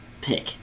pick